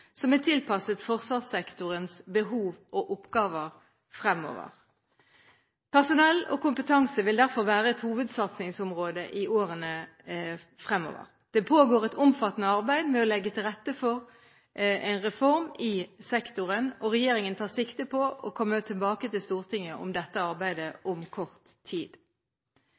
som er tilpasset forsvarssektorens behov og oppgaver fremover. Personell og kompetanse vil derfor være et hovedsatsingsområde i årene fremover. Det pågår et omfattende arbeid med å legge til rette for en reform i sektoren, og regjeringen tar sikte på å komme tilbake til Stortinget om dette arbeidet om kort tid.